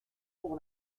pour